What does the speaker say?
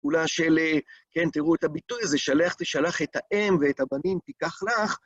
פעולה של, כן, תראו את הביטוי הזה, שלח את האם ואת הבנים תיקח לך.